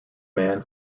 man